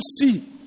see